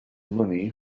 money